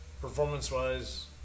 Performance-wise